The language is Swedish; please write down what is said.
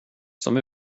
som